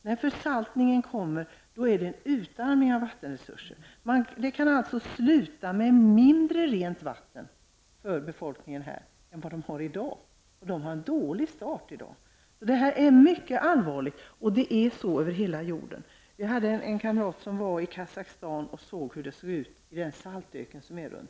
När försaltningen kommer är det en utarmning av vattenresurserna. Det kan sluta med att man har mindre rent vatten för befolkningen än vad man har i dag, och de har ett dåligt utgångsläge redan nu. Detta är mycket allvarligt. Så är det över hela jorden. Vi hade en kamrat som var i Kazakstan och såg hur det ser ut i saltöknen runt Aralsjön.